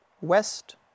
west